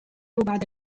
بعد